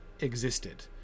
existed